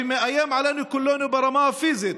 שמאיים על כולנו ברמה הפיזית,